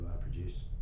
produce